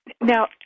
Now